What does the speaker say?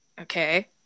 okay